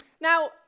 Now